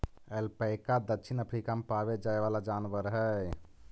alpaca दक्षिण Africa में पावे जाए वाला जनावर हई